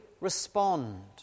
respond